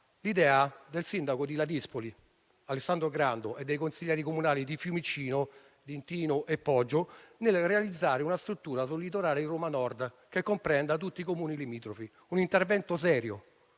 l'idea del sindaco di Ladispoli, Alessandro Grando, e dei consiglieri comunali di Fiumicino D'Intino e Poggio, di realizzare una struttura sul litorale di Roma Nord che comprenda tutti i Comuni limitrofi; si tratta di